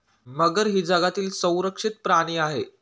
मगर ही जगातील संरक्षित प्राणी आहे